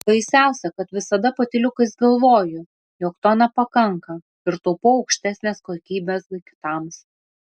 baisiausia kad visada patyliukais galvoju jog to nepakanka ir taupau aukštesnės kokybės daiktams